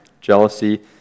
Jealousy